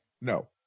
No